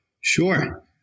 Sure